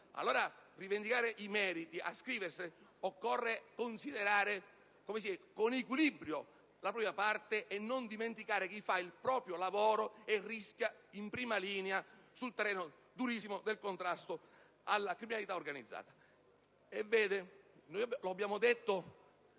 Per rivendicare i meriti ed ascriverseli occorre considerare con equilibrio la propria parte e non dimenticare chi fa il proprio lavoro e rischia in prima linea sul terreno durissimo del contrasto alla criminalità organizzata.